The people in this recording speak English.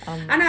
um